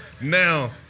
Now